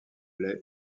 lait